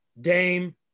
Dame